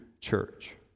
church